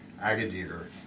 Agadir